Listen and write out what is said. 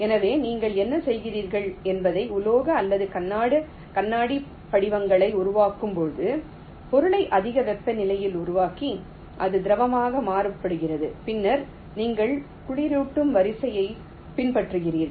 எனவே நீங்கள் என்ன செய்கிறீர்கள் என்பதை உலோக அல்லது கண்ணாடி படிகங்களை உருவாக்கும்போது பொருளை அதிக வெப்பநிலைக்கு உருக்கி அது திரவமாக மாற்றப்படுகிறது பின்னர் நீங்கள் குளிரூட்டும் வரிசையைப் பின்பற்றுகிறீர்கள்